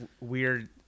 weird